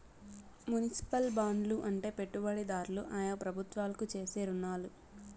municipal బాండ్లు అంటే పెట్టుబడిదారులు ఆయా ప్రభుత్వాలకు చేసే రుణాలు